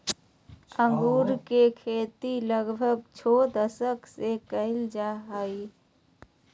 अंगूर के खेती लगभग छो दशक से कइल जा हइ